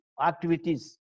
activities